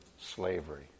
slavery